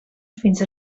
fins